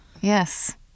Yes